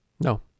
No